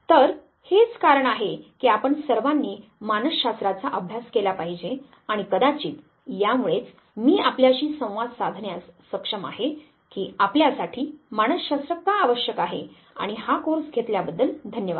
तर हेच कारण आहे की आपण सर्वांनी मानसशास्त्राचा अभ्यास केला पाहिजे आणि कदाचित यामुळेच मी आपल्याशी संवाद साधण्यास सक्षम आहे की आपल्यासाठी मानसशास्त्र का आवश्यक आहे आणि हा कोर्स घेतल्याबद्दल धन्यवाद